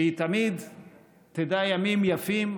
שהיא תמיד תדע ימים יפים.